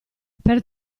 per